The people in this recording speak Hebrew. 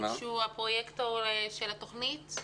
הפרויקטור של התוכנית.